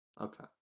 okay